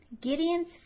Gideon's